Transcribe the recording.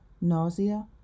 nausea